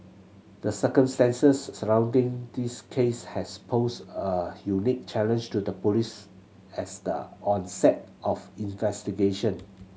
the circumstances surrounding this case had posed a unique challenge to the police as the onset of investigation